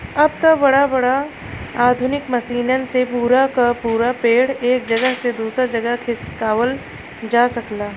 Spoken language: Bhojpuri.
अब त बड़ा बड़ा आधुनिक मसीनन से पूरा क पूरा पेड़ एक जगह से दूसर जगह खिसकावत जा सकला